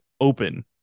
Open